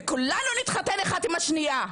וכולנו נתחתן אחד עם השנייה.